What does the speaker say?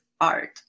art